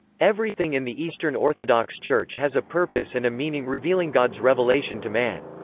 everything in the eastern orthodox church has a purpose and a meaning revealing god's revelation to man.